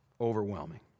Overwhelming